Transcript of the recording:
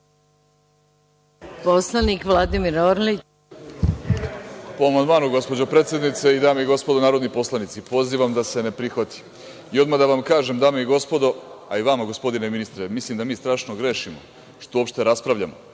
poslanik Vladimir Orlić